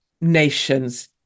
nation's